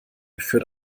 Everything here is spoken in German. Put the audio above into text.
führt